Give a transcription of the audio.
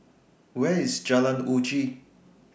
Where IS Jalan Uji